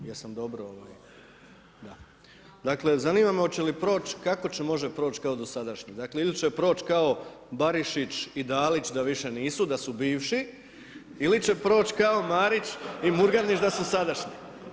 Dakle, zanima me hoće li proći, kako će možda proć kao dosadašnji, dakle ili će proći kao Barišić i Dalić, da više nisu, da su bivši ili će proći kao Marić i Murganić da su sadašnji.